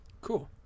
Cool